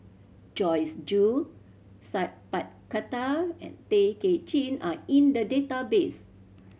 Joyce Jue Sat Pal Khattar and Tay Kay Chin are in the database